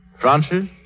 Francis